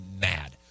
mad